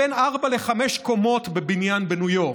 בין ארבע לחמש קומות בבניין בניו יורק.